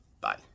Bye